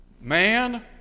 man